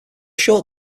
short